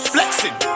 Flexing